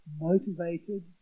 motivated